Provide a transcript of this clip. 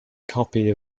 copy